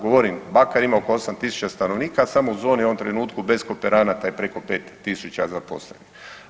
Govorim, Bakar ima oko 8.000 stanovnika, a samo u zoni u ovom trenutku bez kooperanata je preko 5.000 zaposlenih.